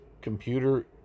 computer